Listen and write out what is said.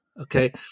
okay